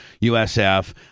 USF